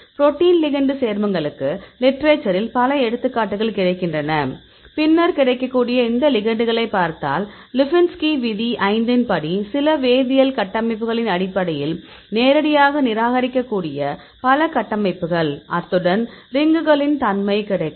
protein ligand சேர்மங்களுக்கு literature இல் பல எடுத்துக்காட்டுகள் கிடைக்கின்றன பின்னர் கிடைக்கக்கூடிய இந்த லிகெண்டுகளைப் பார்த்தால் லிபின்ஸ்கி விதி ஐந்தின் படி சில வேதியியல் கட்டமைப்புகளின் அடிப்படையில் நேரடியாக நிராகரிக்கக்கூடிய பல கட்டமைப்புகள் அத்துடன் ரிங்குகளின் தன்மை கிடைக்கும்